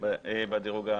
בדירוג המנהלי,